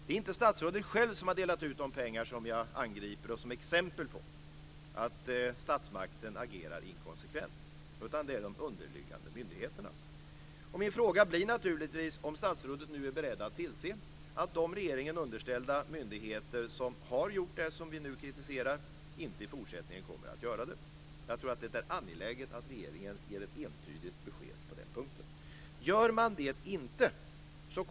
Det är inte statsrådet själv som har delat ut de pengar som jag angriper och som jag anför som exempel på att statsmakterna agerar inkonsekvent, utan det är de underställda myndigheterna. Min fråga blir naturligtvis om statsrådet nu är beredd att tillse att de regeringen underställda myndigheter som har gjort det som vi nu kritiserar i fortsättningen upphör med det. Det är angeläget att regeringen ger ett entydigt besked på den punkten.